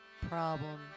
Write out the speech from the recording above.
problem